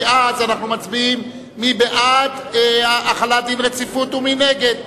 כי אז אנחנו מצביעים מי בעד החלת דין רציפות ומי נגד,